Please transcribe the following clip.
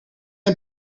een